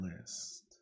list